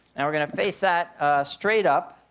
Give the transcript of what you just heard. and we're going to face that straight up.